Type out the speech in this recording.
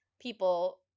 people